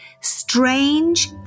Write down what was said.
strange